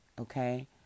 okay